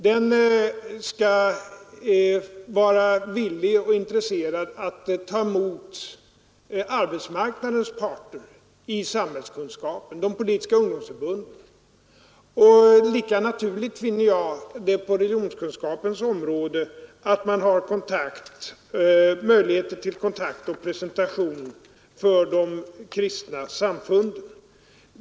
Den skall vara villig och intresserad av att ta emot representanter för arbetsmarknadens parter och de politiska ungdomsförbunden när det gäller samhällskunskap, och lika naturligt finner jag det vara på religionskunskapens område att de kristna samfunden ges möjlighet till kontakt och information.